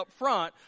upfront